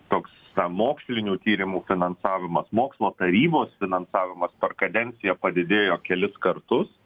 toks ta mokslinių tyrimų finansavimas mokslo tarybos finansavimas per kadenciją padidėjo kelis kartus